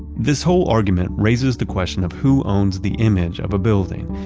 this whole argument raises the question of who owns the image of a building.